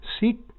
seek